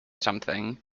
something